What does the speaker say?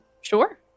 sure